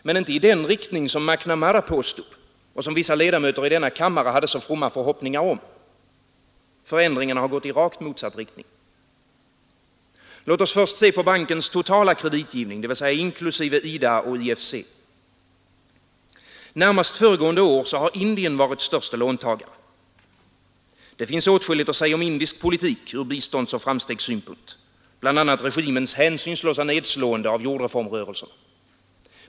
Men inte i den riktning som McNamara påstod och som vissa ledamöter i denna kammare hade så fromma förhoppningar om. Förändringarna har gått i rakt motsatt riktning. Låt oss först se på bankens totala kreditgivning, dvs. inklusive IDA och IFC. Närmast föregående år har Indien varit störste låntagare. Det finns åtskilligt att säga om indisk politik från biståndsoch framstegssynpunkt, bl.a. regimens hänsynslösa nedslående av jordreformrörelserna.